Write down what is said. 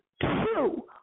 two